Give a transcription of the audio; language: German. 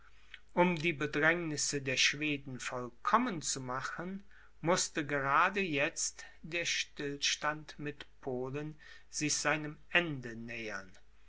um die bedrängnisse der schweden vollkommen zu machen mußte gerade jetzt der stillstand mit polen sich seinem ende nähern